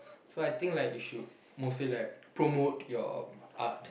so I think like you should mostly like promote your art